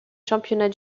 championnats